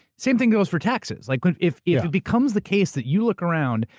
same thing goes for taxes. like but if if yeah it becomes the case that you look around,